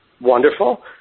wonderful